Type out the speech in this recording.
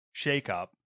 shakeup